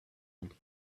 and